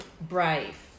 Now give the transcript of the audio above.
Brave